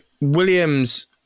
Williams